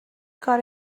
کاری